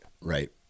Right